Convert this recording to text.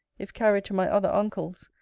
if carried to my other uncle's,